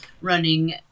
running